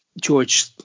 George